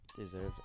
deserves